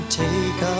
take